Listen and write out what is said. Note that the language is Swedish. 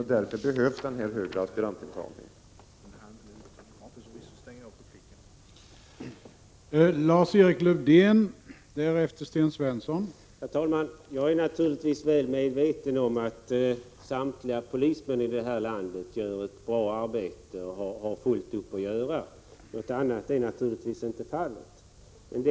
Det är därför den här högre aspirantintagningen behövs.